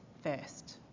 first